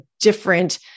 different